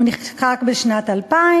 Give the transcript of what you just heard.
הוא נחקק בשנת 2000,